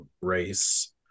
race